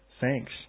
Thanks